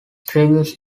tributes